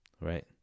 right